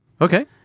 Okay